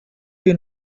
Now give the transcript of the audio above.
you